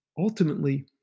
ultimately